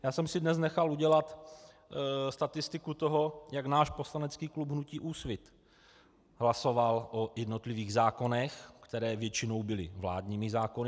Já jsem si dnes nechal udělat statistiku toho, jak náš poslanecký klub hnutí Úsvit hlasoval o jednotlivých zákonech, které většinou byly vládními zákony.